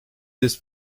this